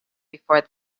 before